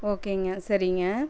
ஓகேங்க சரிங்க